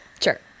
Sure